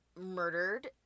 murdered